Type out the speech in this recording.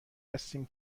هستیم